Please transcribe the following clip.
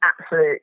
absolute